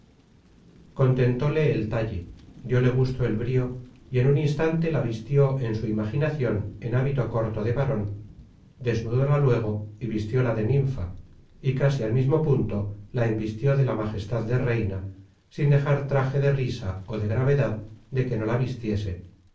castellana contentóle el talle dióle gusto el brio y en un instante la vistió en su imaginacion en hábito corto de varon desnudóla luego y vistióla de ninfa y casi al mismo punto la envistió de la majestad de reina sin dejar traje de risa ó de gravedad de que no la vistiese